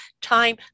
time